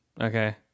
Okay